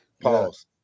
Pause